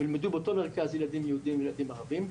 ילמדו באותו מרכז ילדים יהודים וילדים ערבים.